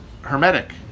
hermetic